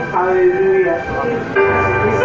Hallelujah